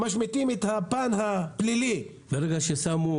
נכון שמשמיטים את הפן הפלילי --- כולם